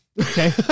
okay